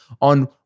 on